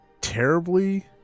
terribly